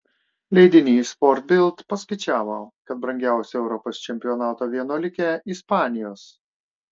leidinys sport bild paskaičiavo kad brangiausia europos čempionato vienuolikė ispanijos